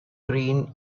green